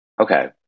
Okay